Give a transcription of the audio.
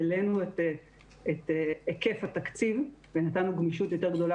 העלינו את היקף התקציב ונתנו גמישות יותר גדולה